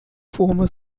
former